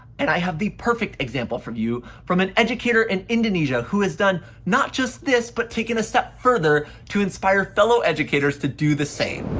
and i have the perfect example for you from an educator in indonesia who has done not just this, but take it a step further to inspire fellow educators to do the same.